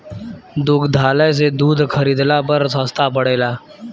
दुग्धालय से दूध खरीदला पर सस्ता पड़ेला?